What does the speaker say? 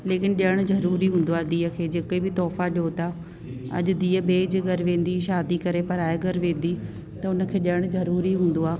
लेकिन ॾियणु ज़रूरी हूंदो आहे धीउ खे जेके बि तौहफ़ा ॾियो था अॼु धीउ ॿे जे घर वेंदी शादी करे पराए घर वेंदी त हुनखे ॾियणु ज़रूरी हूंदो आहे